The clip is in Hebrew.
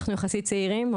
אנחנו יחסית צעירים,